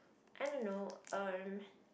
I don't know um